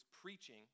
preaching